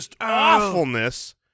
awfulness